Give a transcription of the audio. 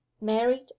married